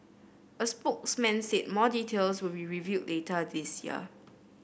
a spokesman said more details will be revealed later this year